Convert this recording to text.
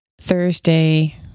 Thursday